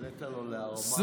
העלית לו להרמה, מה שנקרא.